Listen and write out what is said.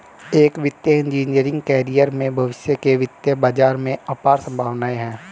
एक वित्तीय engineering career में भविष्य के वित्तीय बाजार में अपार संभावनाएं हैं